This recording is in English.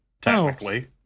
technically